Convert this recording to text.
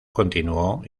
continuo